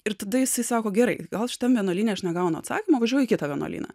ir tada jisai sako gerai gal šitam vienuolyne aš negaunu atsakymo važiuoju į kitą vienuolyną